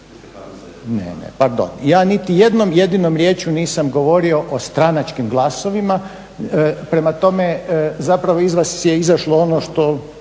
Ne, ne pardon ja nitijednom jedinom riječju nisam govorio o stranačkim glasovima. Prema tome, zapravo iz vas je izašlo ono o